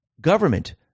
government